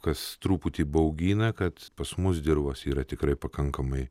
kas truputį baugina kad pas mus dirvos yra tikrai pakankamai